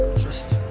just.